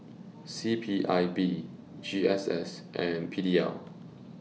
C P I B G S S and P D L